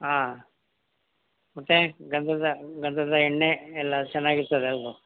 ಹಾಂ ಮತ್ತು ಗಂಧದ ಗಂಧದ ಎಣ್ಣೆ ಎಲ್ಲ ಚೆನ್ನಾಗಿರ್ತದೆ ಅಲ್ವಾ